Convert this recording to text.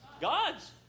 God's